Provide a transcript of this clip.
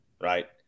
right